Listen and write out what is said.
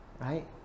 right